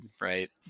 Right